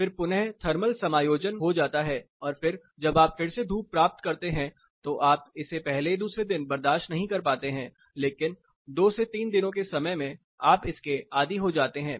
फिर पुन थर्मल समायोजन हो जाता है और फिर जब आप फिर से धूप प्राप्त करते हैं तो आप इसे पहले दूसरे दिन बर्दाश्त नहीं कर पाते हैं लेकिन 2 से 3 दिनों के समय में आप इसके आदी हो जाते हैं